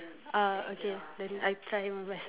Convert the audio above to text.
ah okay I try by myself